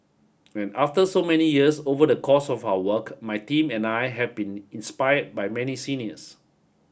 after so many years over the course of our work my team and I have been inspired by many seniors